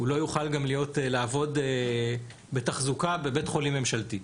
הוא לא יוכל גם לעבוד בתחזוקה בבית חולים ממשלתי.